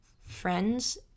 friends